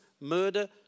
murder